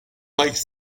like